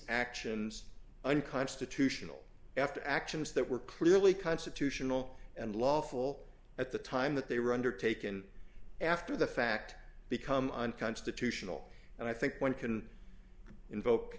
actions unconstitutional after actions that were clearly constitutional and lawful at the time that they were undertaken after the fact become unconstitutional and i think one can invoke